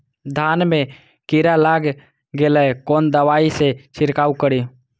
धान में कीरा लाग गेलेय कोन दवाई से छीरकाउ करी?